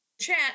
chat